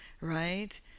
right